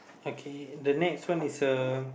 okay the next one is uh